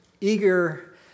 eager